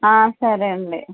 సరే అండి